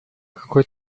какой